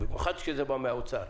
במיוחד כשזה בא מהאוצר,